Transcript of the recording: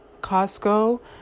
Costco